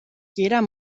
jeder